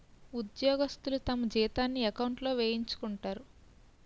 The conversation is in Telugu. ఉద్యోగస్తులు తమ జీతాన్ని ఎకౌంట్లో వేయించుకుంటారు